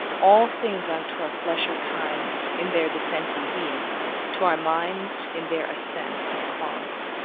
all things unto our flesh are kind, in their descent and being to our mind, in their ascent and cause.